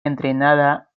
entrenada